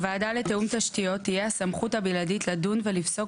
הוועדה לתיאום תשתיות תהיה הסמכות הבלעדית לדון ולפסוק